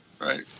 Right